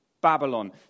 Babylon